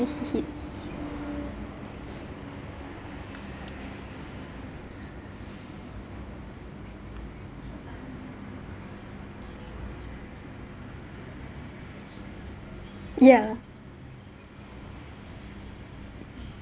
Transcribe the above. he hit yeah